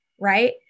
right